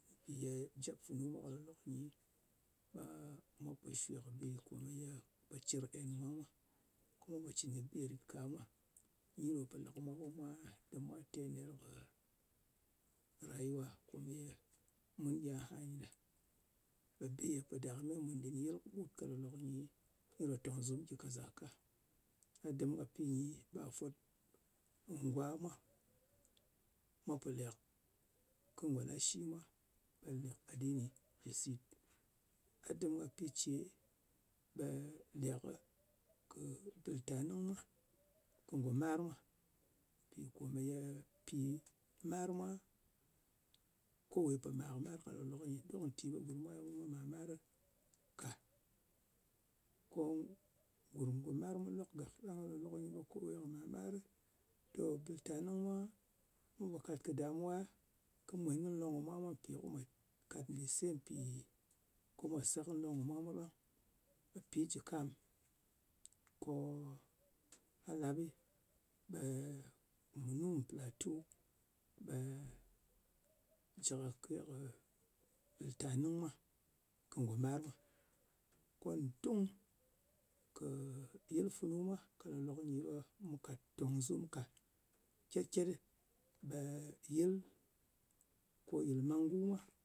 Mpì ye jep funu mwa ka lòklòk nyi, ɓe mwa pò shwe kɨ bi ye pò cir kɨ en kɨ mwa mwa. Mwa pò cɨn kɨ bi rit ka mwa. Nyi ɗo pò lè kɨ mwa ko mwa dɨm mwa te nyɨl, ɓe rayuwa komeye ɓe bi ye pò dame mùn kɨɓut ka ɗin yɨl, ɓe tong zum gyi ka zaka. A dɨm ka pi nyi ɓe fwot ngwa mwa po lek kɨ ngò lashi mwa ɓe lèk adini kɨ sit. A dɨk ka pi ce ɓe lek kɨ bɨltanɨng mwa kɨ ngò mar mwa. Mpi komeye pì mar mwa. Kowe pò mar kɨ mar ka lòk-lòk nyɨ. Dok nti ɓe gurm mwa yal ɓe mwa po mar kɨ mwarɨ ka. Ngò mar mwa lok gàk. Ɗang ka lòk-lok nyi ɓe kowe po mar marɨ. To, ɓɨltanɨng mwa pò kàt kɨ damuwa kɨ mwèn kɨ nlong kɨ mwa, mpì ko mwa kat mbìse mpì ko mwa sè kɨ nlong kɨ mwa mwa ɓang. Ɓe pi jɨ kàm, ko gha lap, ɓe mùnu platu ɓe jɨ kake kɨ bɨltanɨng mwa kɨ ngò mar mwa. Ko dung kɨ yɨl funu mwa ka lòk-lok nyi ɓe kàt tòng zum ka kyet-kyet, ɓe yɨl mangu mwa.